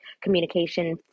communication